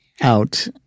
out